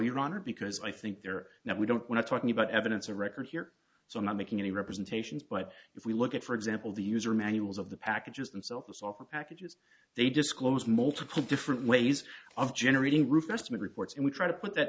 honor because i think there now we don't we're not talking about evidence of record here so i'm not making any representations but if we look at for example the user manuals of the packages themselves the software packages they disclose multiple different ways of generating group estimate reports and we try to put that